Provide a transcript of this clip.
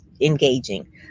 engaging